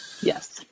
Yes